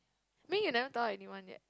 may you never tell anyone yet